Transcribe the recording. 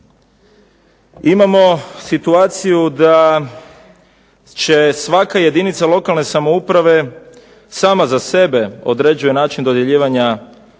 Imamo situaciju da će svaka jedinica lokalne samouprave sama za sebe, određuje način dodjeljivanja